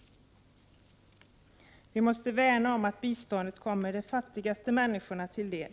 Vi måste värna om att biståndet kommer de fattigaste människorna till del!